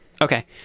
Okay